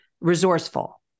resourceful